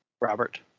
Robert